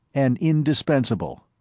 and indispensable.